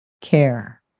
care